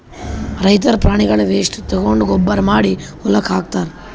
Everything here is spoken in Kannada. ರೈತರ್ ಪ್ರಾಣಿಗಳ್ದ್ ವೇಸ್ಟ್ ತಗೊಂಡ್ ಗೊಬ್ಬರ್ ಮಾಡಿ ಹೊಲಕ್ಕ್ ಹಾಕ್ತಾರ್